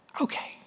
okay